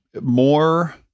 more